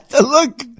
look